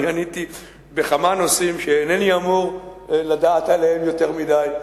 אני עניתי בכמה נושאים שאני אינני אמור לדעת עליהם יותר מדי,